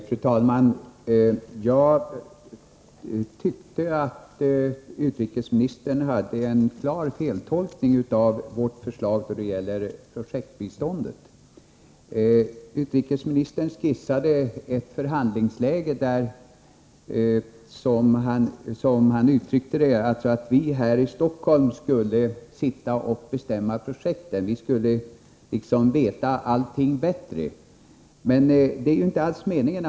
Fru talman! Jag tyckte att utrikesministern hade en klar feltolkning av vårt förslag då det gällde projektbiståndet. Utrikesministern skissade ett förhandlingsläge där, som han uttryckte det, vi här i Stockholm skulle sitta och bestämma projekten. Vi skulle liksom veta allting bättre. Men det är ju inte alls meningen.